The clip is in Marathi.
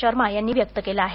शर्मा यांनी व्यक्त केलं आहे